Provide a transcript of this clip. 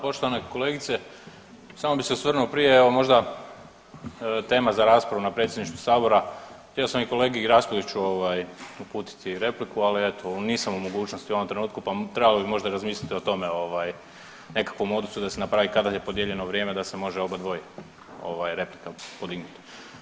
Poštovana kolegice, samo bi se osvrnuo prije evo možda tema za raspravu na predsjedništvu sabora htio sam i kolegi Raspudiću ovaj uputiti repliku, ali eto nisam u mogućnosti u ovom trenutku pa trebalo bi možda razmisliti o tome ovaj nekakvom opcijom da se napravi kada je podijeljeno vrijeme da se može oba dvoje ovaj replika podignuti.